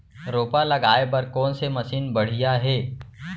रोपा लगाए बर कोन से मशीन बढ़िया हे?